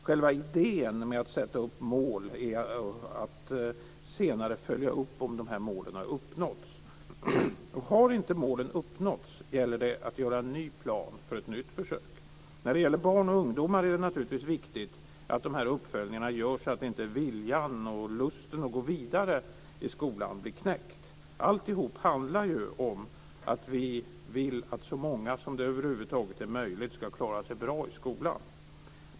Själva idén med att sätta upp mål är att man senare ska följa upp om dessa mål har uppnåtts. Har inte målen uppnåtts gäller det att göra en ny plan för ett nytt försök. När det gäller barn och ungdomar är det naturligtvis viktigt att dessa uppföljningar görs så att inte viljan och lusten att gå vidare i skolan blir knäckt. Alltihop handlar ju om att vi vill att så många som det över huvud taget är möjligt ska klara sig bra i skolan.